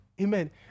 Amen